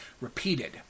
repeated